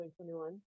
2021